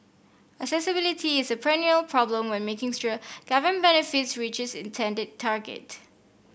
accessibility is a perennial problem when making sure government benefits reach its intended target